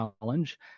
challenge